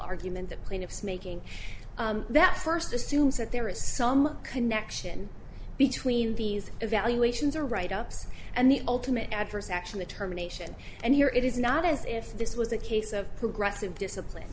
argument the plaintiff's making that first assumes that there is some connection between these evaluations or write ups and the ultimate adverse action that terminations and here it is not as if this was a case of progressive discipline